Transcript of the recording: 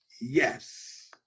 Yes